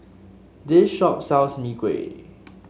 this shop sells Mee Kuah